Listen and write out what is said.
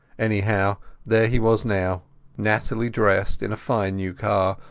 anyhow there he was now nattily dressed, in a fine new car,